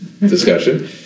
discussion